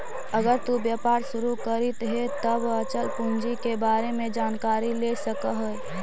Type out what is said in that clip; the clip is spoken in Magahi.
अगर तु व्यापार शुरू करित हे त अचल पूंजी के बारे में जानकारी ले सकऽ हे